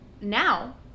now